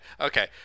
Okay